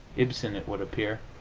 ibsen, it would appear,